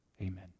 Amen